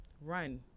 run